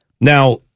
Now